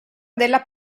della